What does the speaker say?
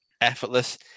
effortless